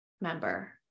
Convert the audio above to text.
member